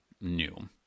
new